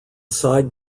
side